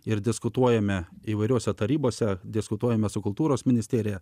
ir diskutuojame įvairiose tarybose diskutuojame su kultūros ministerija